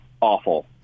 awful